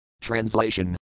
Translation